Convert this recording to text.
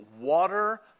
water